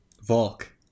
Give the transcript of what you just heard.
Volk